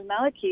Maliki